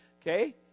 Okay